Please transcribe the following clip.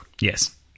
Yes